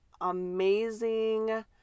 amazing